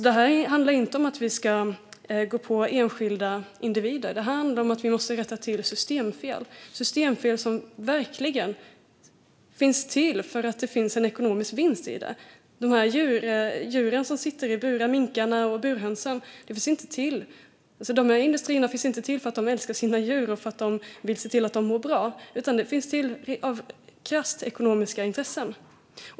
Detta handlar inte om att vi ska ge oss på enskilda individer, utan det handlar om att vi måste rätta till systemfel som föreligger för att det finns en ekonomisk vinst i detta. Industrierna där djur - minkar och burhöns - sitter i burar finns inte till för att man älskar sina djur och vill se till att de mår bra, utan det handlar om krasst ekonomiska intressen.